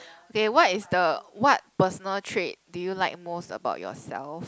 okay what is the what personal trait do you like most about yourself